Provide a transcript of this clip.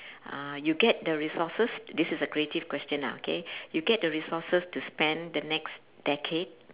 uh you get the resources this is a creative question lah okay you get the resources to spend the next decade